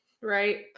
Right